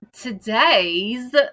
today's